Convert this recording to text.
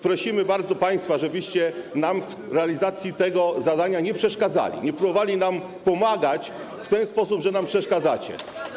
Prosimy bardzo państwa, żebyście nam w realizacji tego zadania nie przeszkadzali, nie próbowali nam pomagać w ten sposób, że nam przeszkadzacie.